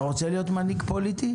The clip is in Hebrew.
אתה רוצה להיות מנהיג פוליטי?